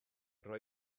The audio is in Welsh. rhoi